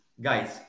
guys